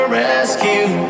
rescue